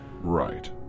Right